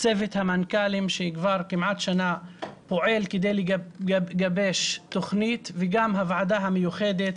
צוות המנכ"לים שכבר כמעט שנה פועל כדי לגבש תוכנית וגם הוועדה המיוחדת,